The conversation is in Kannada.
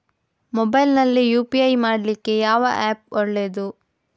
ಮೊಬೈಲ್ ನಲ್ಲಿ ಯು.ಪಿ.ಐ ಮಾಡ್ಲಿಕ್ಕೆ ಯಾವ ಆ್ಯಪ್ ಒಳ್ಳೇದು?